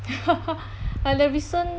like a recent